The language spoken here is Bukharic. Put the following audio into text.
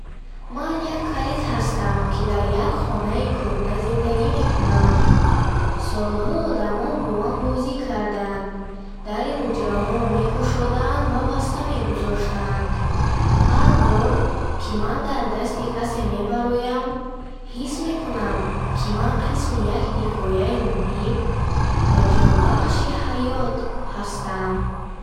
Ман як калид ҳастам, ки дар як хонаи кӯҳна зиндагӣ мекунам. Солҳо одамон бо ман бозӣ карданд, дари ҳуҷраҳоро мекушоданд ва баста мегузоштанд. Ҳар бор, ки ман дар дасти касе мебароям, ҳис мекунам, ки ман қисми як ҳикояи муҳим ва ҷонбахши ҳаёт ҳастам.